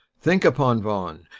think upon vaughan,